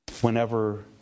Whenever